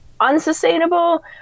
unsustainable